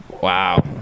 wow